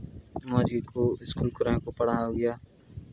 ᱢᱚᱡᱽ ᱜᱮᱠᱚ ᱥᱠᱩᱞ ᱠᱚᱨᱮ ᱦᱚᱸᱠᱚ ᱯᱟᱲᱦᱟᱣ ᱜᱮᱭᱟ